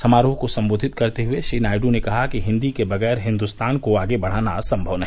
समारोह को संबोधित करते हए श्री नायड् ने कहा हिन्दी के बगैर हिन्दुस्तान को आगे बढ़ाना संभव नहीं